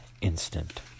instant